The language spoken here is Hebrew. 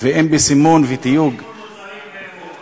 ואין בסימון ותיוג, כמו סימון מוצרים באירופה.